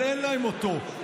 אבל אין להם אותו.